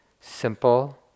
simple